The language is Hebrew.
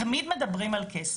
תמיד מדברים על כסף,